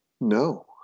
No